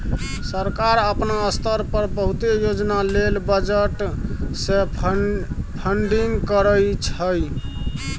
सरकार अपना स्तर पर बहुते योजना लेल बजट से फंडिंग करइ छइ